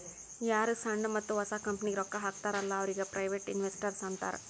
ಯಾರು ಸಣ್ಣು ಮತ್ತ ಹೊಸ ಕಂಪನಿಗ್ ರೊಕ್ಕಾ ಹಾಕ್ತಾರ ಅಲ್ಲಾ ಅವ್ರಿಗ ಪ್ರೈವೇಟ್ ಇನ್ವೆಸ್ಟರ್ ಅಂತಾರ್